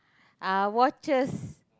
ah watches